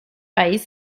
país